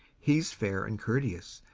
he's fair and courteous,